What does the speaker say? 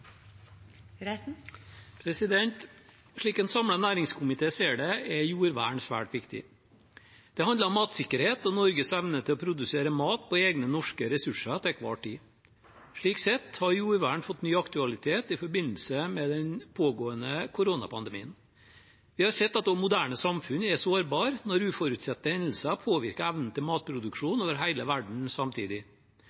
jordvern svært viktig. Det handler om matsikkerhet og Norges evne til å produsere mat på egne norske ressurser til enhver tid. Slik sett har jordvern fått ny aktualitet i forbindelse med den pågående koronapandemien. Vi har sett at også moderne samfunn er sårbare når uforutsette hendelser påvirker evnen til matproduksjon over hele verden samtidig. Jordvern er avgjørende for den felles beredskapen gjennom å ta vare på ressursgrunnlaget for matproduksjon.